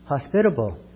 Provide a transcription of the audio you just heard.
hospitable